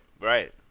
right